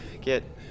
get